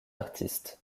artiste